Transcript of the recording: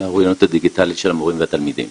האוריינות הדיגיטלית של המורים והתלמידים.